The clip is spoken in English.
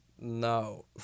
No